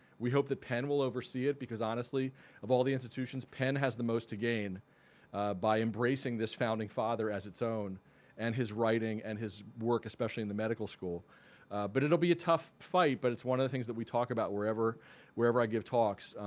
we hope that penn will oversee it because honestly of all the institutions penn has the most to gain by embracing this founding father as its own and his writing and his work especially in the medical school but it'll be a tough fight but it's one of the things that we talk about wherever wherever i give talks.